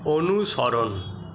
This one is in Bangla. অনুসরণ